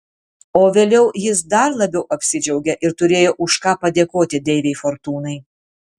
o vėliau jis dar labiau apsidžiaugė ir turėjo už ką padėkoti deivei fortūnai